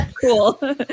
cool